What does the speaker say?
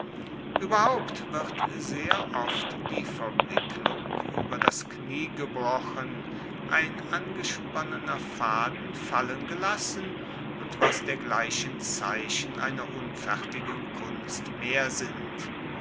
ueberhaupt wird sehr oft die verwicklung ueber das knie gebrochen ein angesponnener faden fallengelassen und was dergleichen zeichen einer unfertigen kunst mehr sind